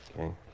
Okay